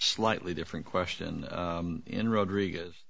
slightly different question in rodriguez